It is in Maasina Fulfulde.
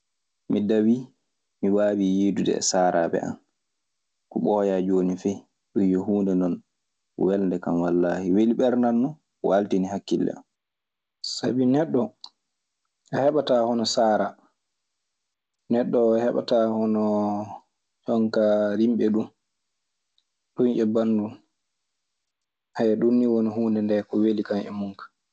Mi dawii mi waawi yiidude e saaraɓe an. Ko ɓooyaa jooni fey ɗun yo huunde non welnde kan wallaahi. Weli ɓernan non waaldini hakkille an. Sabi neɗɗo a heɓataa hono saaraa. Neɗɗo heɓataa hono jon kaa rimɓe ɗun. Ɗun e bandun. Ɗun nii woni huunde ndee ko weli kan e mun kaa.